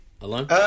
alone